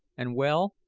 and well,